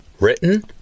Written